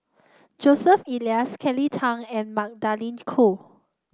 Joseph Elias Kelly Tang and Magdalene Khoo